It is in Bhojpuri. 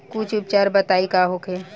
कुछ उपचार बताई का होखे?